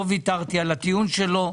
לא ויתרתי על הטיעון שלו.